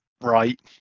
right